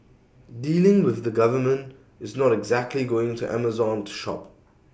dealing with the government is not exactly going to Amazon to shop